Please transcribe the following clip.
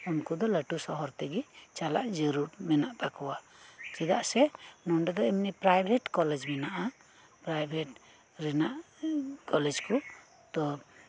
ᱩᱱᱠᱩ ᱫᱚ ᱞᱟᱹᱴᱩ ᱥᱚᱦᱚᱨ ᱛᱮᱜᱮ ᱪᱟᱞᱟᱜ ᱡᱟᱹᱨᱩᱲ ᱢᱮᱱᱟᱜ ᱛᱟᱠᱚᱣᱟ ᱪᱮᱫᱟᱜ ᱥᱮ ᱱᱚᱰᱮ ᱫᱚ ᱮᱢᱱᱤ ᱯᱨᱟᱭᱵᱷᱮᱴ ᱠᱚᱞᱮᱡᱽ ᱢᱮᱱᱟᱜ ᱟ ᱯᱨᱟᱭᱵᱷᱮᱰ ᱨᱮᱱᱟᱜ ᱠᱚᱞᱮᱡᱽ ᱠᱚ ᱛᱚ